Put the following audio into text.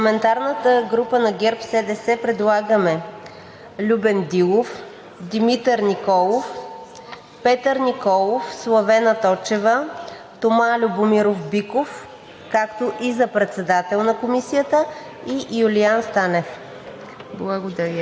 От парламентарната група на ГЕРБ-СДС предлагаме Любен Дилов, Димитър Николов, Петър Николов, Славена Точева, Тома Любомиров Биков, както и за председател на Комисията Юлиян Станев.